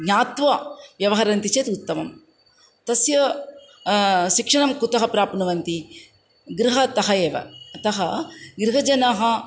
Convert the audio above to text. ज्ञात्वा व्यवहरन्ति चेत् उत्तमं तस्य शिक्षणं कुतः प्राप्नुवन्ति गृहतः एव अतः गृहजनाः